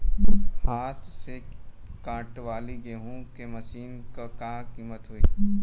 हाथ से कांटेवाली गेहूँ के मशीन क का कीमत होई?